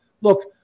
Look